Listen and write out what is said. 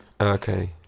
Okay